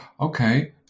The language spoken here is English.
Okay